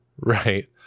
right